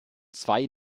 zwei